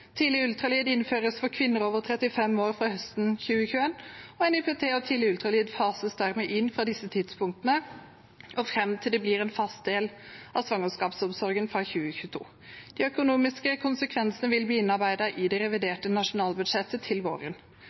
Tidlig ultralyd innføres for kvinner over 35 år fra høsten 2021. NIPT og tidlig ultralyd fases dermed inn fra disse tidspunktene og fram til de blir en fast del av svangerskapsomsorgen, fra 2022. De økonomiske konsekvensene vil bli innarbeidet i det reviderte nasjonalbudsjettet til våren.